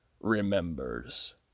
remembers